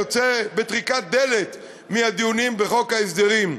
יוצא בטריקת דלת מהדיונים בחוק ההסדרים.